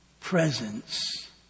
presence